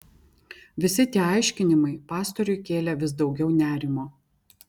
visi tie aiškinimai pastoriui kėlė vis daugiau nerimo